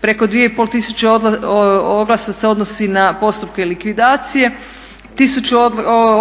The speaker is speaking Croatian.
Preko 2,5 tisuće oglasa se odnosi na postupke likvidacije, tisuću